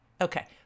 Okay